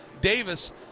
davis